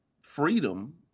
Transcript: freedom